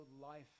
life